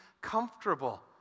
comfortable